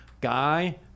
Guy